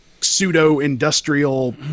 pseudo-industrial